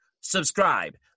subscribe